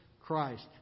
Christ